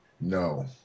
no